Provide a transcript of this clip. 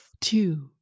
two